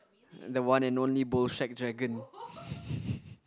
the one and only Bolshack-Dragon